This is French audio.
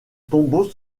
tombeau